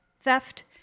theft